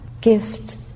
gift